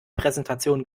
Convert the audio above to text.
präsentation